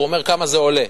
הוא אומר כמה זה עולה.